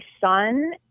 son